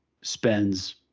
spends